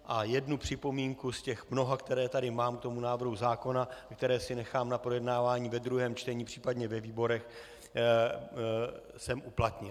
A jednu připomínku z těch mnoha, které tady mám k návrhu zákona, které si nechám na projednávání ve druhém čtení, případně ve výborech, jsem uplatnil.